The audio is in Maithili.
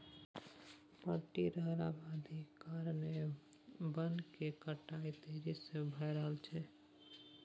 बढ़ि रहल अबादी कारणेँ बन केर कटाई तेजी से भए रहल छै